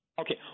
Okay